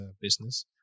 business